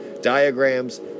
diagrams